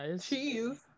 cheese